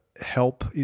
help